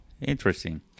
interesting